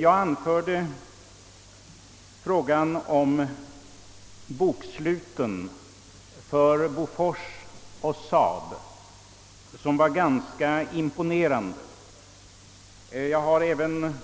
Jag erinrade här om att boksluten för Bofors och SAAB visar ganska imponerande siffror, och jag har även pekat